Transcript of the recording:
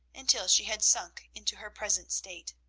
until she had sunk into her present state.